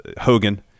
Hogan